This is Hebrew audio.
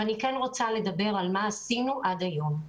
ואני רוצה לדבר על מה שעשינו עד היום.